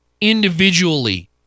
individually